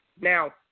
Now